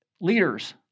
leaders